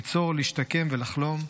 ליצור, להשתקם ולחלום.